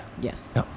Yes